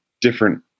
different